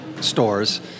stores